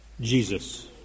Jesus